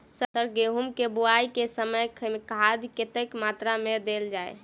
Sir गेंहूँ केँ बोवाई केँ समय केँ खाद कतेक मात्रा मे देल जाएँ?